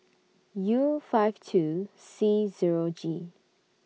U five two C Zero G